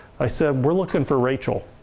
i said, we're looking for rachel.